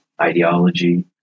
ideology